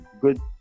Good